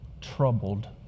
troubled